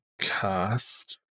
cast